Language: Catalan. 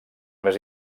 més